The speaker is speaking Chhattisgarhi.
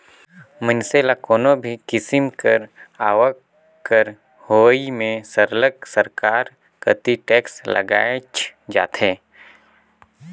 मइनसे ल कोनो भी किसिम कर आवक कर होवई में सरलग सरकार कती टेक्स लगाएच जाथे